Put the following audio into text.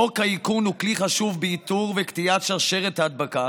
חוק האיכון הוא כלי חשוב באיתור ובקטיעת שרשרת ההדבקה